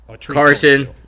Carson